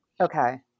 Okay